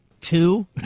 two